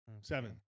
Seven